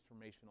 transformational